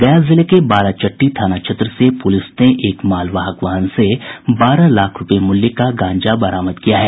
गया जिले के बाराचट्टी थाना क्षेत्र से पुलिस ने एक मालवाहक वाहन से बारह लाख रूपये मूल्य का गांजा बरामद किया है